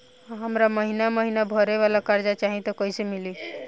हमरा महिना महीना भरे वाला कर्जा चाही त कईसे मिली?